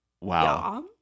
Wow